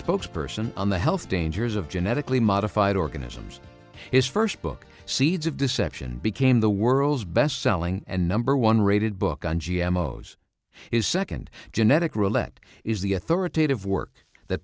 spokesperson on the health dangers of genetically modified organisms his first book seeds of deception became the world's best selling and number one rated book on g m o is second genetic roulette is the authoritative work that